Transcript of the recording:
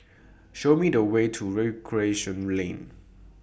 Show Me The Way to Recreation Lane